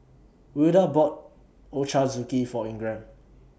Wilda bought Ochazuke For Ingram